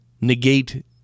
negate